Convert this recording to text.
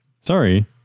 Sorry